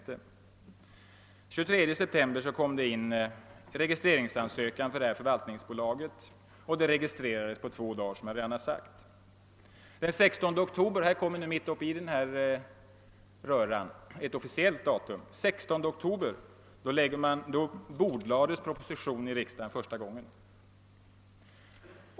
Den 23 september inkom registreringsansökan för detta förvaltningsbolag, och det registrerades på två dagar som jag redan sagt. Den 16 oktober — här kommer nu mitt uppe i röran ett officiellt datum — bordlades propositionen i riksda gen första gången.